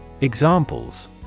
Examples